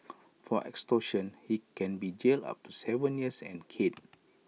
for extortion he can be jailed up to Seven years and caned